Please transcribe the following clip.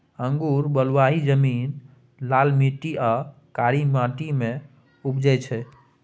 अंगुर बलुआही जमीन, लाल माटि आ कारी माटि मे उपजै छै